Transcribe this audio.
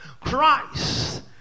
Christ